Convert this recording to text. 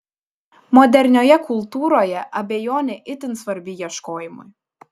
modernioje kultūroje abejonė itin svarbi ieškojimui